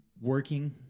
working